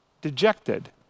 dejected